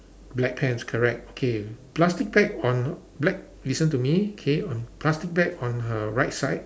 black pants correct okay plastic bag on black listen to me okay on plastic bag on her right side